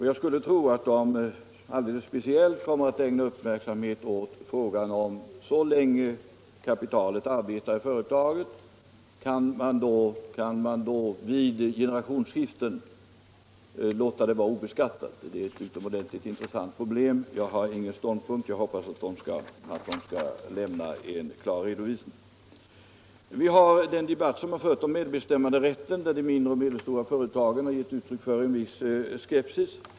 Jag skulle tro att man speciellt kommer att ägna uppmärksamhet åt frågan: Kan man vid generationsskiften låta kapitalet vara obeskattat så länge kapitalet arbetar i företaget? Det är ett utomordentligt intressant problem. Jag har ingen ståndpunkt här. Jag hoppas att beredningen skall lämna en klar redovisning. I den debatt som förts om medbestämmanderätten har de mindre och medelstora företagen gett uttryck för en viss skepsis.